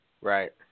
right